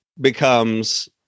becomes